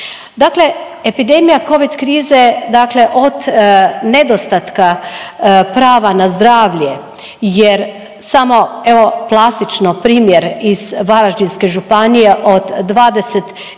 Dakle epidemije covid krize od nedostatka prava na zdravlje jer samo evo, plastično primjer iz Varaždinske županije od 21